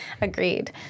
Agreed